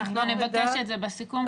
אנחנו נבקש את זה בסיכום.